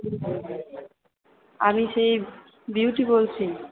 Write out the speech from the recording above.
আমি সেই বিউটি বলছি